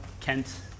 Kent